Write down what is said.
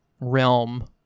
realm